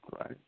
right